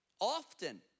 Often